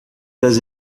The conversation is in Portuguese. das